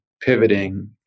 pivoting